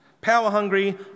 power-hungry